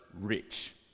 rich